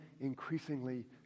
increasingly